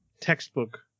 textbook